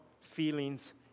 feelings